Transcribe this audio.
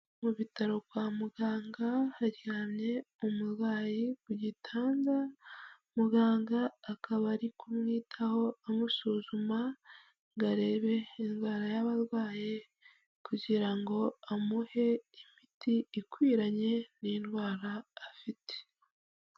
Mu bitaro kwa muganga, haryamye umurwari ku gitanda, muganga akaba ari kumwitaho amusuzuma, ngo arebe indwara y'abarwaye kugira ngo amuhe imiti ikwiranye n'indwara afite.